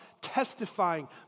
testifying